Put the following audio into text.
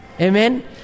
Amen